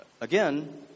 Again